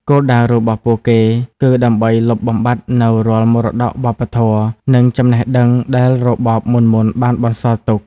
គោលដៅរបស់ពួកគេគឺដើម្បីលុបបំបាត់នូវរាល់មរតកវប្បធម៌ និងចំណេះដឹងដែលរបបមុនៗបានបន្សល់ទុក។